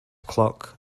clock